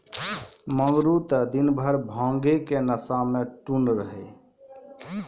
मंगरू त दिनभर भांग के नशा मॅ टुन्न रहै